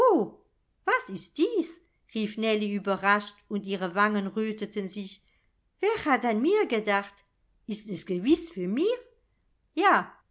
was ist dies rief nellie überrascht und ihre wangen röteten sich wer hat an mir gedacht ist es gewiß für mir ja